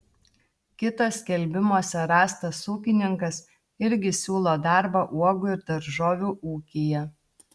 kitas skelbimuose rastas ūkininkas irgi siūlo darbą uogų ir daržovių ūkyje